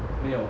we'll